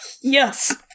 Yes